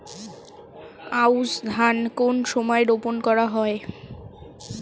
আউশ ধান কোন সময়ে রোপন করা হয়?